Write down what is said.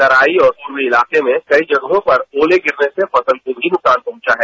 तराई और खुले इलाकों में कई जगहों पर ओले गिरने से फसल को भी नुकसान पहुंचा है